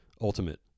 ultimate